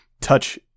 touch